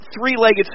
three-legged